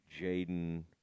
Jaden